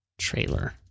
Trailer